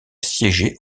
siéger